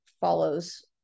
follows